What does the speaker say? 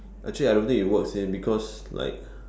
actually I don't think it works leh because like